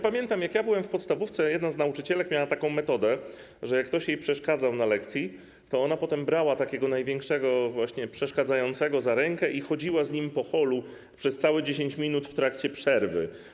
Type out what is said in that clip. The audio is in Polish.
Pamiętam, jak byłem w podstawówce, jedna z nauczycielek miała taką metodę, że jak ktoś jej przeszkadzał na lekcji, to ona potem brała takiego najbardziej przeszkadzającego za rękę i chodziła nim po holu przez całe 10 minut w trakcie przerwy.